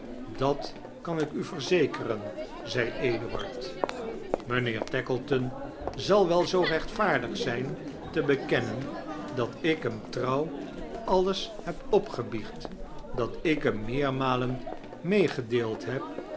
dat kan ik u verzekeren zei edtuaird mijnheer tackleton zal wel zoo rechtvaardig zijn te bekennen dat ik hem trouw alles heb opgebiecht dat ik hem meermalen meegedeeld heb